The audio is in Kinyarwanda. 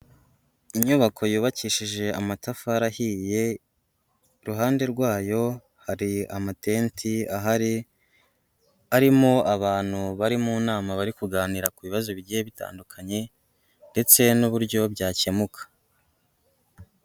Inyubako yubakishije amatafari ahiye, iruhande rwayo hari amatenti ahari arimo abantu bari mu nama bari kuganira ku bibazo bigiye bitandukanye ndetse n'uburyo byakemuka.